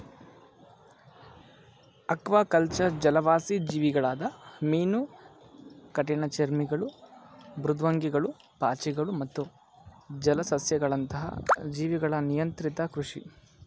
aquaculture ಜಲವಾಸಿ ಜೀವಿಗಳಾದ ಮೀನು ಕಠಿಣಚರ್ಮಿಗಳು ಮೃದ್ವಂಗಿಗಳು ಪಾಚಿಗಳು ಮತ್ತು ಜಲಸಸ್ಯಗಳಂತಹ ಜೀವಿಗಳ ನಿಯಂತ್ರಿತ ಕೃಷಿ